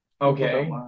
Okay